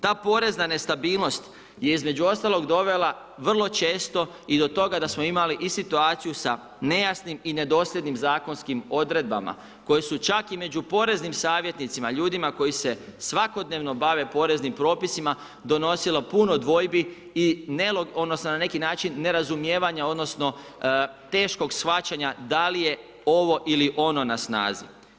Ta porezna nestabilnost je između ostalog dovela vrlo često i do toga da smo imali i situaciju sa nejasnim i nedosljednim zakonskim odredbama koje su čak i među poreznim savjetnicima, ljudima koji se svakodnevno bave poreznim propisima donosilo puno dvojbi, odnosno na neki način nerazumijevanja, odnosno teškog shvaćanja da li je ovo ili ono na snazi.